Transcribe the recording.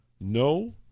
no